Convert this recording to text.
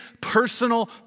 personal